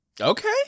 Okay